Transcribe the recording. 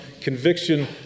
conviction